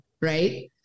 right